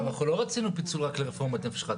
אבל לא רצינו פיצול רק לרפורמת "נפש אחת",